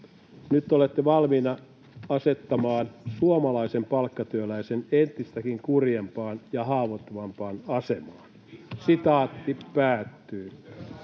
Nyt olette valmiina asettamaan suomalaisen palkkatyöläisen entistäkin kurjempaan ja haavoittuvampaan asemaan.” Tämä sitaatti